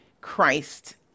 Christ